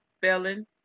felon